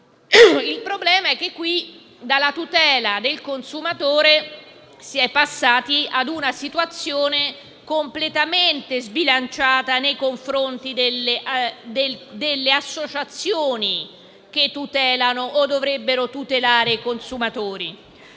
Il problema è che qui, dalla tutela del consumatore, si è passati ad una situazione completamente sbilanciata nei confronti delle associazioni che tutelano o dovrebbero tutelare i consumatori.